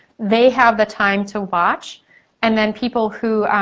they have the time to watch and then people who